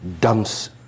dumps